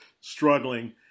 struggling